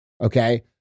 Okay